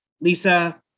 Lisa